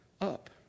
up